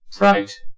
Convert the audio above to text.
Right